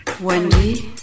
Wendy